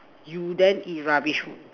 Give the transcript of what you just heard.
you then eat rubbish food